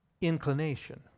inclination